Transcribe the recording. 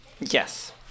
yes